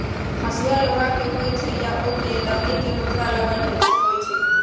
हसुआ लोहा के होई छई आ ओमे लकड़ी के मुठरा लगल होई छई